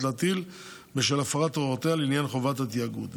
להטיל בשל הפרת הוראותיה לעניין חובת התיאגוד,